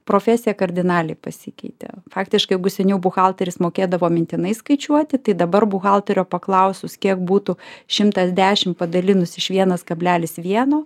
profesija kardinaliai pasikeitė faktiškai jeigu seniau buhalteris mokėdavo mintinai skaičiuoti tai dabar buhalterio paklausus kiek būtų šimtas dešim padalinus iš vienas kablelis vieno